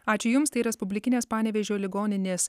ačiū jums tai respublikinės panevėžio ligoninės